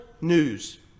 news